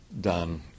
done